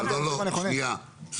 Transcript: לא, לא.